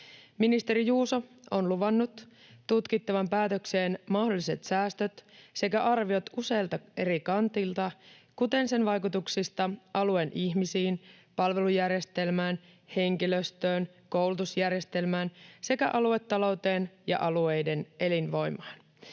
Ministeri Juuso on luvannut tutkittavan päätökseen mahdolliset säästöt sekä arviot useilta eri kanteilta, kuten sen vaikutuksista alueen ihmisiin, palvelujärjestelmään, henkilöstöön, koulutusjärjestelmään sekä aluetalouteen ja alueiden elinvoimaan.